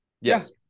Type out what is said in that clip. Yes